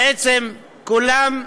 בעצם כולם,